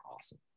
awesome